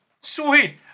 Sweet